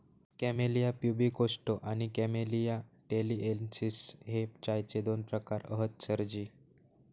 camellia pubicosta आणि camellia taliensis हे चायचे दोन प्रकार हत सरजी